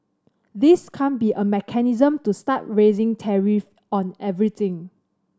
this can't be a mechanism to start raising tariff on everything